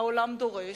העולם דורש,